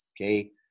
okay